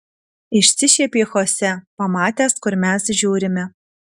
išsišiepė chose pamatęs kur mes žiūrime